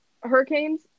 hurricanes